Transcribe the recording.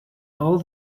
all